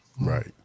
Right